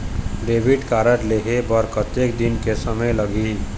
Debit card लेहे बर कतेक दिन के समय लगही?